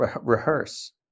rehearse